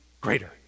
greater